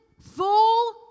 full